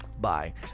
Bye